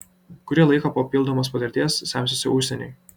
kurį laiką papildomos patirties semsiuosi užsienyje